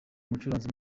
umucuranzi